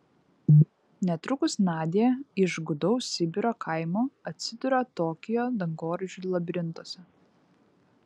netrukus nadia iš gūdaus sibiro kaimo atsiduria tokijo dangoraižių labirintuose